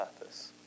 purpose